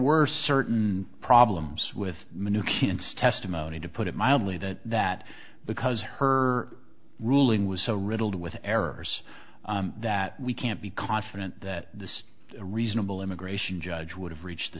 were certain problems with minutia and testimony to put it mildly that that because her ruling was so riddled with errors that we can't be confident that this reasonable immigration judge would have reached the